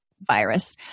virus